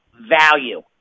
value